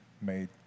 made